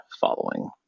Following